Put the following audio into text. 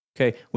Okay